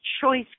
choice